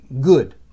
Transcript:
good